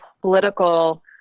political